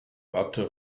arthur